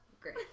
Great